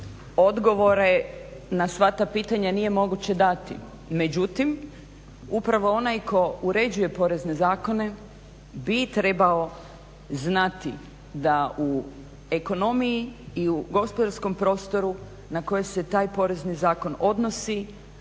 odgovore na sva ta pitanja nije moguće dati. Međutim, upravo onaj tko uređuje porezne zakone bi trebao znati da u ekonomiji i u gospodarskom prostoru na koje se taj porezni zakon odnosi